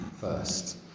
first